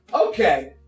Okay